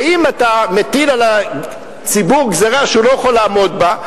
שאם אתה מטיל על הציבור גזירה שהוא לא יכול לעמוד בה,